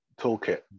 toolkit